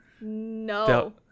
no